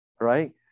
right